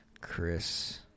Chris